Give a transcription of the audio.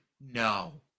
no